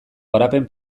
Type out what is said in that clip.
garapen